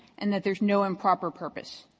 and that there's no improper purpose.